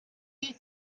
you